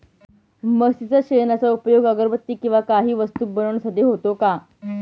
म्हशीच्या शेणाचा उपयोग अगरबत्ती किंवा इतर काही वस्तू बनविण्यासाठी होतो का?